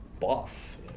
buff